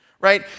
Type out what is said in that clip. right